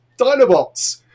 Dinobots